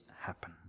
happen